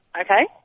Okay